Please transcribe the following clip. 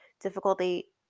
Difficulty